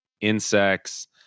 insects